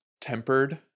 tempered